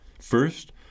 First